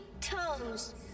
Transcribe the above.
toes